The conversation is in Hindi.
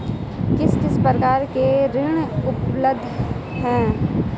किस किस प्रकार के ऋण उपलब्ध हैं?